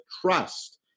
trust